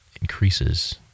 increases